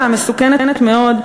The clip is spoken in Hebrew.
והמסוכנת מאוד,